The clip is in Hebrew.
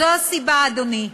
זו הסיבה, אדוני.